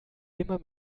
immer